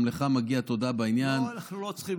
גם לך מגיעה תודה בעניין, אנחנו לא צריכים.